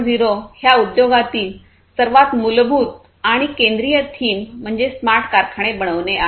0 ह्या उद्योगातील सर्वात मूलभूत आणि केंद्रीय थीम म्हणजे स्मार्ट कारखाने बनविणे आहे